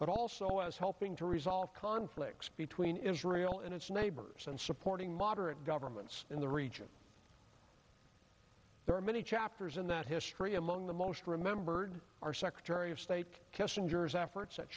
but also as help to resolve conflicts between israel and its neighbors and supporting moderate governments in the region there are many chapters in that history among the most remembered our secretary of state kissinger's efforts